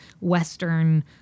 Western